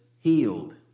healed